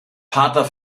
pater